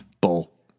bull